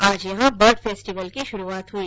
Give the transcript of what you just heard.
आज यहां bird festival की शुरूआत हुई